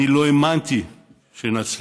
אני לא האמנתי שנצליח.